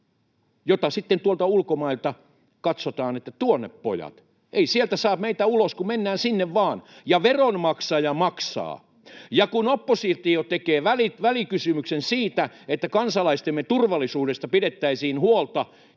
jota sitten tuolta ulkomailta katsotaan, että tuonne pojat, ei sieltä saa meitä ulos, kun mennään sinne vaan. Ja veronmaksaja maksaa. Ja kun oppositio tekee välikysymyksen siitä, että kansalaistemme turvallisuudesta pidettäisiin huolta,